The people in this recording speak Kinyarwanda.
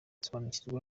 sobanukirwa